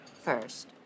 first